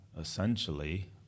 essentially